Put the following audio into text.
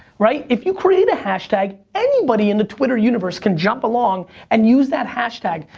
right? if you create a hashtag, anybody in the twitter universe can jump along and use that hashtag.